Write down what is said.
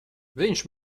viņš